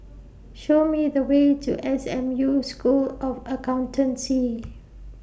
Show Me The Way to S M U School of Accountancy